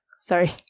sorry